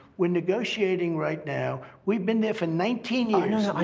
we're negotiating right now. we've been there for nineteen years.